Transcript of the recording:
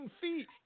feet